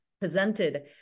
presented